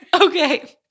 Okay